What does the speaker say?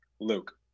Luke